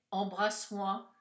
Embrasse-moi